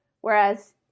whereas